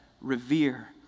revere